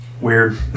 Weird